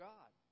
God